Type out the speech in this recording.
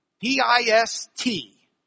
P-I-S-T